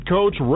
Coach